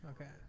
Okay